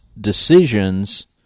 decisions